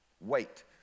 Wait